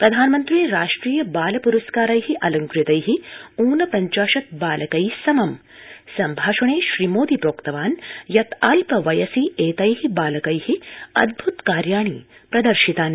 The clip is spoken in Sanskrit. प्रधानमन्त्री राष्ट्रिय बाल प्रस्काै अलंकृतै ऊनपञ्चाशत् बालकैस्समं सम्भाषणे श्रीमोदी प्रोक्तवान् यत् अल्पवयसि एतै बालकै अन्द्रत कार्याणि प्रदर्शितानि